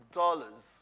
dollars